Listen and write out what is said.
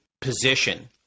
position